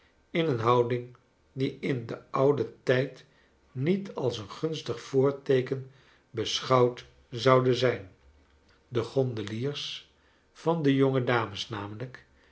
in een houding die in den ouden tijd niet als een gunstig voorteeken beschouwd zoude zijn de gondeliers van de jonge dames namelijk